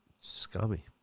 scummy